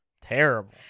terrible